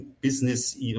business